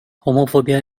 homophobia